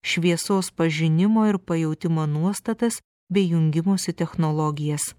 šviesos pažinimo ir pajautimo nuostatas bei jungimosi technologijas